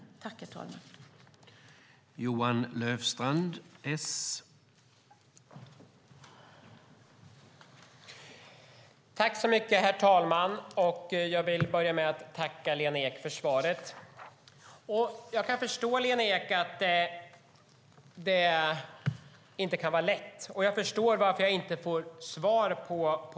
Då Matilda Ernkrans , som framställt interpellationen, anmält att hon på grund av sjukdom var förhindrad att närvara vid sammanträdet medgav tredje vice talmannen att Johan Löfstrand i stället fick delta i överläggningen.